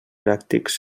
pràctics